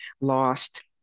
Lost